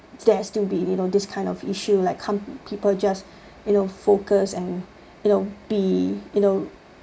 there still be you know this kind of issue like can't people just you know focus and you know be you know